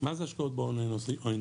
מה זה השקעות בהון האנושי?